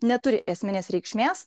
neturi esminės reikšmės